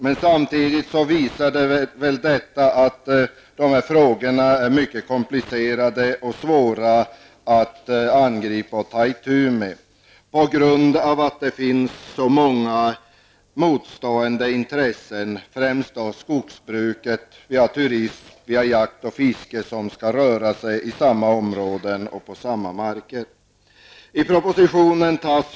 Men samtidigt visar det väl att dessa frågor är mycket komplicerade och svåra att ta itu med på grund av att det finns så många motstående intressen, främst skogsbruk, turism, jakt och fiske i samma områden.